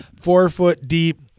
four-foot-deep